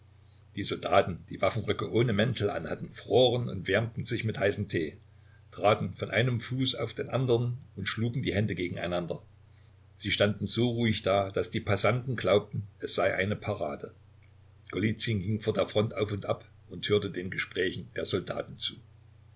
die soldaten die waffenröcke ohne mäntel anhatten froren und wärmten sich mit heißem tee traten von einem fuß auf den anderen und schlugen die hände gegeneinander sie standen so ruhig da daß die passanten glaubten es sei eine parade golizyn ging vor der front auf und ab und hörte den gesprächen der soldaten zu